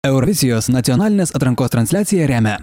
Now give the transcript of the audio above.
eurovizijos nacionalinės atrankos transliaciją remia